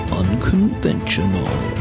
unconventional